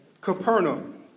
Capernaum